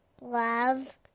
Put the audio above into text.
Love